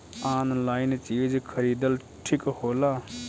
Online चीज खरीदल ठिक होला?